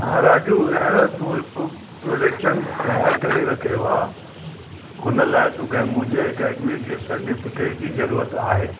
हा राजू यार तूं हिकु प्रोडक्शन तयारु करे रखियो आहे हुन लाइ तोखे मुंहिंजे अकेडमी जे सर्टीफिकेट जी ज़रूरत आहे